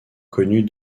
connue